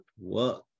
work